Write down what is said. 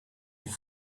een